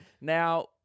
Now